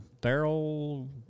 barrel